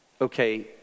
Okay